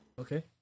Okay